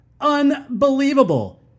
Unbelievable